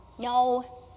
No